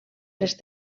les